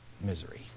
misery